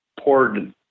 poured